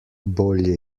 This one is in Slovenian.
bolje